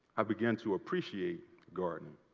i began to appreciate garden